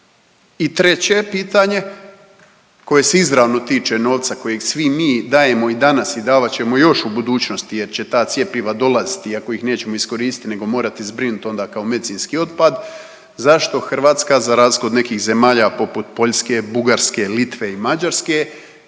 I treće pitanje koje se izravno tiče novca kojeg svi mi dajemo i danas i davat ćemo još u budućnosti jer će ta cjepiva dolaziti iako ih nećemo iskoristiti nego morati zbrinuti onda kao medicinski otpad, zašto Hrvatska za razliku od nekih zemalja poput Poljske, Bugarske, Litve i Mađarske